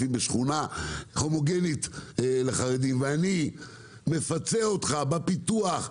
בשכונה הומוגנית לחרדים ואני מפצה אותך בפיתוח',